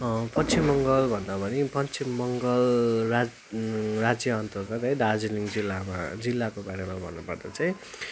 पश्चिम बङ्गाल भन्दा पनि पश्चिम बङ्गाल राज राज्यअन्तर्गत है दार्जिलिङ जिल्लामा जिल्लाको बारेमा भन्नुपर्दा चाहिँ